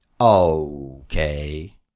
Okay